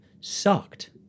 sucked